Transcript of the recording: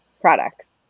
products